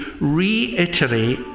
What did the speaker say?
reiterate